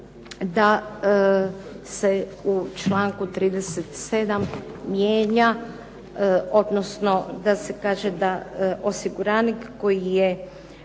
da se u članku 37. mijenja, odnosno da se kaže da osiguranik koji je